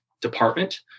department